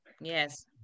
Yes